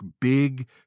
big